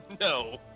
No